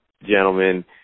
gentlemen